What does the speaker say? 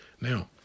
Now